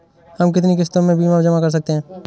हम कितनी किश्तों में बीमा जमा कर सकते हैं?